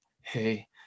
hey